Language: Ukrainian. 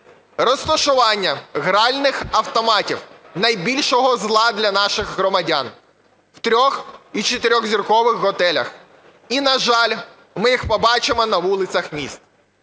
розташування гральних автоматів – найбільшого зла для наших громадян у три- і чотиризіркових готелях. І, на жаль, ми їх побачимо на вулицях міст,